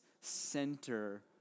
center